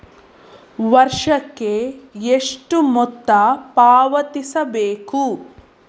ವರ್ಷಕ್ಕೆ ಎಷ್ಟು ಮೊತ್ತ ಪಾವತಿಸಬೇಕು?